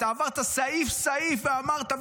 אתה עברת סעיף-סעיף ואמרת,